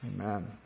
Amen